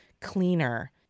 cleaner